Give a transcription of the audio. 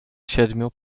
siedmiu